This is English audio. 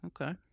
okay